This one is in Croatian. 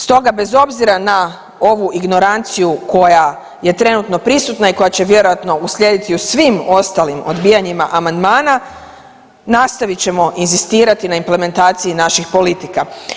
Stoga bez obzira na ovu ignoranciju koja je trenutno prisutna i koja će vjerojatno uslijediti u svim ostalim odbijanjima amandmana, nastavit ćemo inzistirati na implementaciji naših politika.